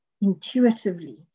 intuitively